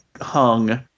hung